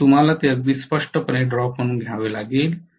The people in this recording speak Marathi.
तर तुम्हाला ते अगदी स्पष्टपणे ड्रॉप म्हणून घ्यावे लागेल